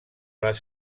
les